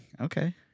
Okay